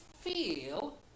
feel